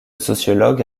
sociologue